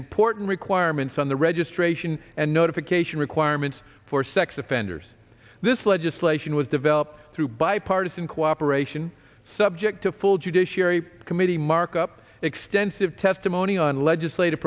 important requirements on the registration and notification requirements for sex offenders this legislation was developed through bipartisan cooperation subject a full judiciary committee markup extensive testimony on legislative